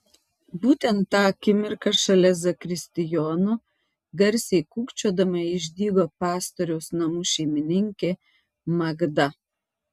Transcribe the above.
būtent tą akimirką šalia zakristijono garsiai kūkčiodama išdygo pastoriaus namų šeimininkė magda